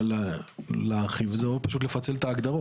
או להרחיב את זה או פשוט לפצל את ההגדרות.